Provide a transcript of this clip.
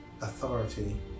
authority